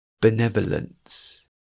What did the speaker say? Benevolence